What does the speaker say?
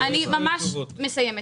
אני ממש מסיימת.